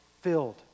filled